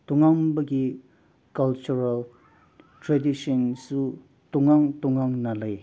ꯇꯣꯉꯥꯟꯕꯒꯤ cultural ꯇ꯭ꯔꯦꯗꯤꯁꯟꯁꯨ ꯇꯣꯉꯥꯟ ꯇꯣꯉꯥꯟꯅ ꯂꯩ